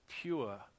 pure